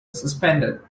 suspended